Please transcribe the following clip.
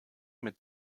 mit